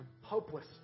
hopeless